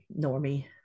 normie